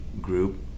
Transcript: group